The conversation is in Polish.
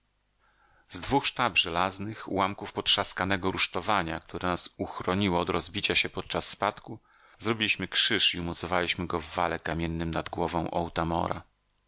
z dwóch sztab żelaznych ułamków potrzaskanego rusztowania które nas uchroniło od rozbicia się podczas spadku zrobiliśmy krzyż i umocowaliśmy go w wale kamiennym nad głową otamora